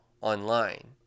online